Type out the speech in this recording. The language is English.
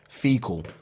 Fecal